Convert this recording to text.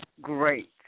Great